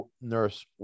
nurse